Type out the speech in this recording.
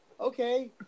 okay